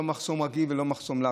לא מחסום רגיל ולא מחסום לחץ.